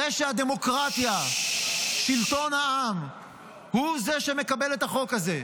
הרי שהדמוקרטיה, שלטון העם הוא שמקבל את החוק הזה.